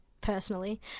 personally